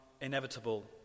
inevitable